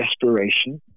desperation